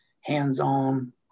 hands-on